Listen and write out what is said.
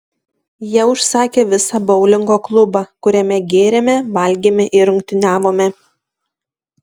jie užsakė visą boulingo klubą kuriame gėrėme valgėme ir rungtyniavome